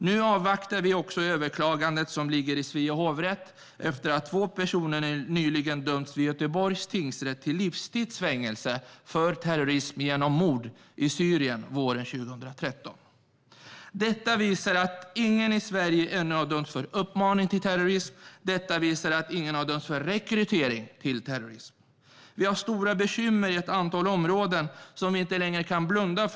Nu avvaktar vi också överklagandet till Svea hovrätt efter att två personer nyligen dömdes till livstids fängelse i Göteborgs tingsrätt, för terrorism genom mord i Syrien våren 2013. Ingen i Sverige har alltså dömts för uppmaning till terrorism ännu. Ingen har dömts för rekrytering till terrorism. Vi har stora bekymmer i ett antal områden som vi inte längre kan blunda för.